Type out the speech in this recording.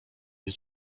nie